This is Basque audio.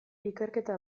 ikerketa